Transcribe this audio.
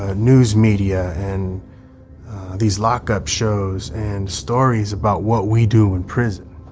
ah news media and these lockup shows and stories about what we do in prison,